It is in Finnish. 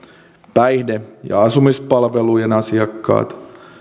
päihde ja asumispalvelujen asiakkaita